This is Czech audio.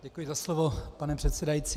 Děkuji za slovo, pane předsedající.